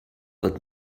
wird